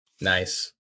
Nice